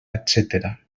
etcètera